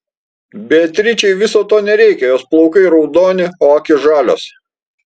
beatričei viso to nereikia jos plaukai raudoni o akys žalios